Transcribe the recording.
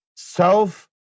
Self